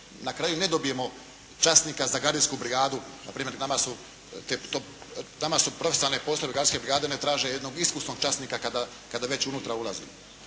na kraju ne dobijemo časnika za gardijsku brigadu. Na primjer nama su profesionalne postrojbe gardske brigade one traže jednog iskusnog časnika kada već unutra ulazimo.